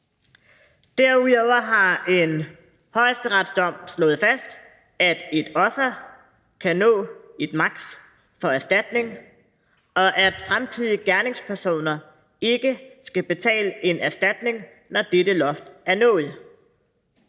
Derudover har en højesteretsdom slået fast, at et offer kan nå et maks. for erstatning, og at fremtidige gerningspersoner ikke skal betale en erstatning, når dette loft er nået.